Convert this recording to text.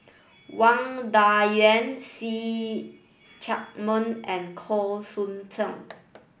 Wang Dayuan See Chak Mun and Khoo Sheng Tiong